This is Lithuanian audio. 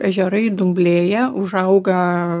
ežerai dumblėja užauga